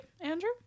Andrew